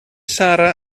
sarra